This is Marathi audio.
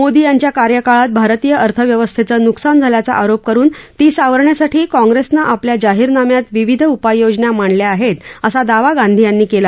मोदी यांच्या कार्यकाळात भारतीय अर्थव्यवस्थेचं नुकसान झाल्याचा आरोप करुन ती सावरण्यासाठी काँप्रेसनं आपल्या जाहीरनाम्यात विविध उपाययोजना मांडल्या आहेत असा दावा गांधी यांनी केला